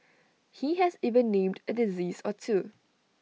he has even named A disease or two